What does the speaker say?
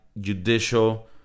judicial